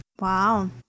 Wow